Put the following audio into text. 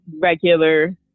regular